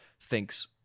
thinks